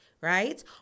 right